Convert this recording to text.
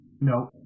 No